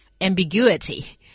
ambiguity